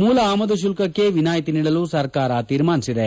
ಮೂಲ ಆಮದು ಶುಲ್ತಕ್ಕೆ ವಿನಾಯಿತಿ ನೀಡಲು ಸರ್ಕಾರ ತೀರ್ಮಾನಿಸಿದೆ